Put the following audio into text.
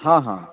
हँ हँ